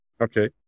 Okay